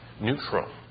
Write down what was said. neutral